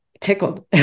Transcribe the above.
tickled